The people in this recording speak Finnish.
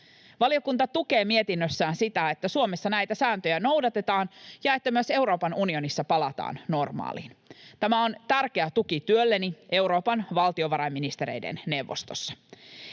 Valiokunta tukee mietinnössään sitä, että Suomessa näitä sääntöjä noudatetaan ja että myös Euroopan unionissa palataan normaaliin. Tämä on tärkeä tuki työlleni Euroopan valtiovarainministereiden neuvostossa.